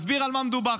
מסביר על מה מדובר.